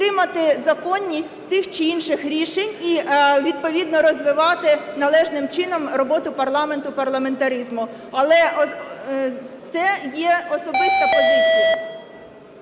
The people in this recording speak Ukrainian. підтримати законність тих чи інших рішень і відповідно розвивати належним чином роботу парламенту, парламентаризму. Але це є особиста позиція.